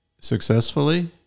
successfully